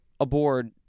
aboard